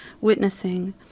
witnessing